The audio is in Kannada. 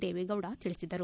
ದೇವೇಗೌಡ ತಿಳಿಸಿದರು